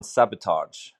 sabotage